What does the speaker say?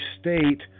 state